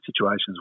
situations